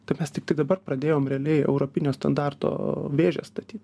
tai mes tiktai dabar pradėjom realiai europinio standarto vėžę statyt